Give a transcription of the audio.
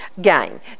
game